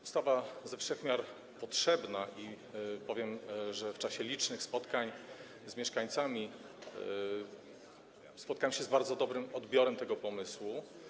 Ustawa jest ze wszech miar potrzebna i dodam, że w czasie licznych spotkań z mieszkańcami spotkałem się z bardzo dobrym odbiorem tego pomysłu.